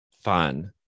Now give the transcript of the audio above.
Fun